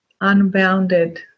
unbounded